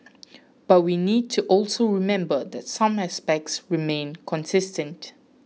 but we need to also remember that some aspects remain consistent